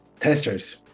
Testers